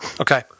Okay